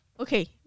Okay